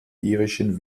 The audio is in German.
irischen